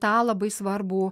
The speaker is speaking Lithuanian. tą labai svarbų